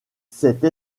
cette